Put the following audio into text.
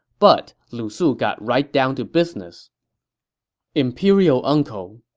but lu su got right down to business imperial uncle,